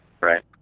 Right